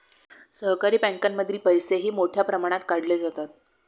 सहकारी बँकांमधील पैसेही मोठ्या प्रमाणात काढले जातात